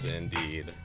indeed